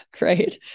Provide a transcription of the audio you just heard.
Right